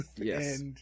yes